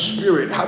Spirit